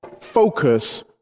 focus